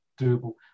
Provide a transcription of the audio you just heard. doable